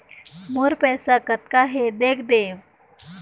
मोर पैसा कतका हे देख देव?